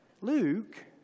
Luke